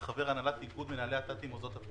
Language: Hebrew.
וחבר הנהלת איגוד מנהלי הת"תים מוסדות התורה.